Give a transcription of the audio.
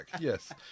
yes